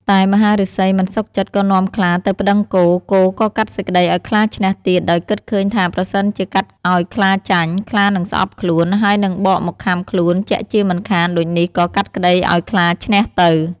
តែមហាឫសីមិនសុខចិត្ត ក៏នាំខ្លាទៅប្តឹងគោ គោក៏កាត់សេចក្តីឱ្យខ្លាឈ្នះទៀត ដោយគិតឃើញថាប្រសិនជាកាត់ឱ្យខ្លាចាញ់ ខ្លានឹងស្អប់ខ្លួន ហើយនិងបកមកខាំខ្លួនជាក់ជាមិនខាន ដូចនេះក៏កាត់ក្តីឱ្យខ្លាឈ្នះទៅ។